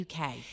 UK